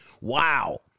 wow